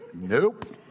Nope